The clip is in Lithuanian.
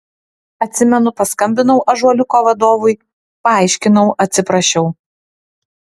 atsimenu paskambinau ąžuoliuko vadovui paaiškinau atsiprašiau